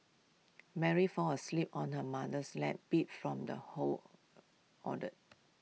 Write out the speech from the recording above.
Mary fall asleep on her mother's lap beat from the whole order